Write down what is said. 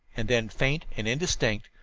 and then, faint and indistinct,